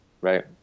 right